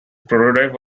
prototype